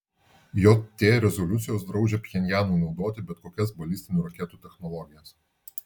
jt rezoliucijos draudžia pchenjanui naudoti bet kokias balistinių raketų technologijas